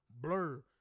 blur